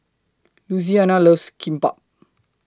Louisiana loves Kimbap